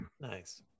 nice